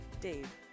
Dave